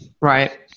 Right